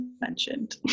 mentioned